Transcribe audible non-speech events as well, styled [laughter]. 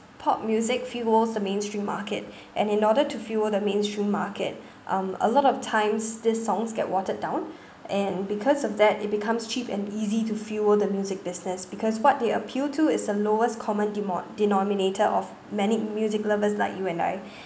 pop music fuels the mainstream market and in order to fuel the mainstream market um a lot of times this song get watered down [breath] and because of that it becomes cheap and easy to fuel the music business because what they appeal to is a lowest common demod~ denominator of many music lovers like you and I [breath]